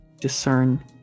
discern